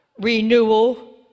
renewal